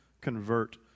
convert